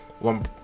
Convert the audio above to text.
one